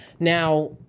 Now